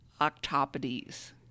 octopodes